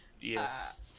Yes